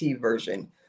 version